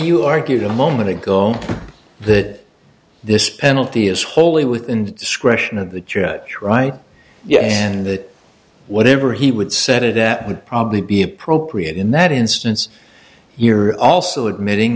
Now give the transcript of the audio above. you argued a moment ago that this penalty is wholly within the discretion of the church right yeah and that whatever he would set it that would probably be appropriate in that instance you're also admitting